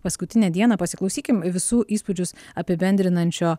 paskutinę dieną pasiklausykim visų įspūdžius apibendrinančio